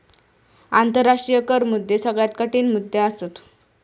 आंतराष्ट्रीय कर मुद्दे सगळ्यात कठीण मुद्दे असत